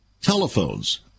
telephones